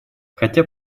хотя